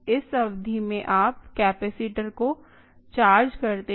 इस अवधि में आप कैपेसिटर को चार्ज करते हैं